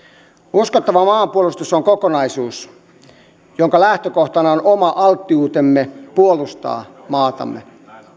uskottava maanpuolustus on kokonaisuus jonka lähtökohtana on oma alttiutemme puolustaa maatamme